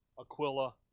Aquila